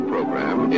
program